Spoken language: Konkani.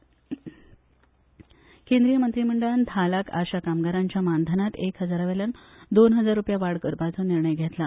आशा कामगार केंद्रीय मंत्रिमंडळान धा लाख आशा कामगारांच्या मानधनात एक हजारावेल्यान दोन हजार रुपया वाड करपाचो निर्णय घेतला